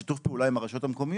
שיתוף הפעולה עם הרשויות המקומיות,